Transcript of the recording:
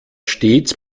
stets